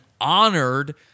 honored